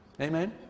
Amen